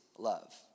love